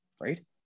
right